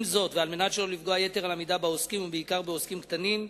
עם זאת ועל מנת שלא לפגוע יתר על המידה בעוסקים ובעיקר בעוסקים קטנים,